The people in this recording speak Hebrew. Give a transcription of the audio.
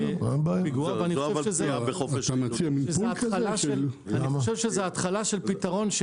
ואני חושב שזו התחלה של פתרון.